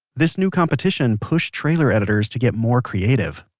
this new competition pushed trailer editors to get more creative